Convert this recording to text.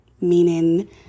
meaning